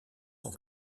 son